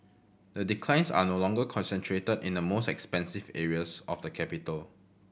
the declines are no longer concentrated in the most expensive areas of the capital